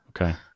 Okay